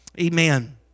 Amen